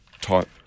type